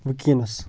وٕنۍکٮ۪نس